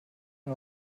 nur